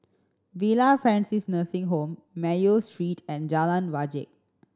Villa Francis Nursing Home Mayo Street and Jalan Wajek